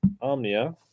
Omnia